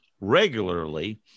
regularly